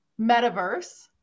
Metaverse